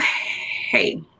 hey